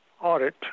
Audit